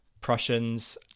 Prussians